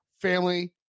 family